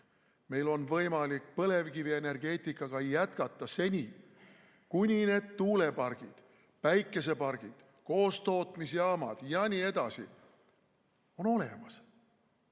Meil on võimalik põlevkivienergeetikaga jätkata seni, kuni tuulepargid, päikesepargid, koostootmisjaamad ja nii edasi on olemas.